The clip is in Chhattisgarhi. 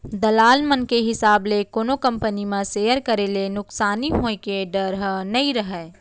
दलाल मन के हिसाब ले कोनो कंपनी म सेयर करे ले नुकसानी होय के डर ह नइ रहय